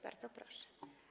Bardzo proszę.